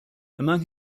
among